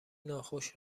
ناخوش